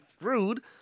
rude